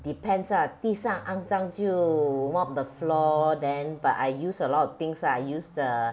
depends ah 地上肮脏就 mop the floor then but I use a lot of things ah I use the